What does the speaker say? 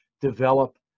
develop